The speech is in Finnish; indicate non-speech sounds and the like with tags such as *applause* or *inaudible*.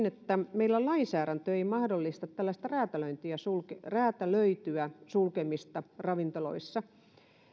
*unintelligible* että meillä lainsäädäntö ei mahdollista tällaista räätälöityä sulkemista räätälöityä sulkemista ravintoloissa